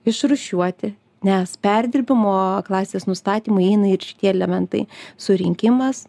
išrūšiuoti nes perdirbimo klasės nustatymą įeina ir šitie elementai surinkimas